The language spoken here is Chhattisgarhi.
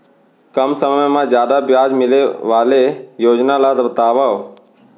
कम समय मा जादा ब्याज मिले वाले योजना ला बतावव